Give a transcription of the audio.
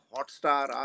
Hotstar